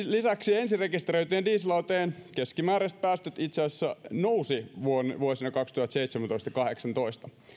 lisäksi ensirekisteröityjen dieselautojen keskimääräiset päästöt itse asiassa nousivat vuosina kaksituhattaseitsemäntoista viiva kahdeksantoista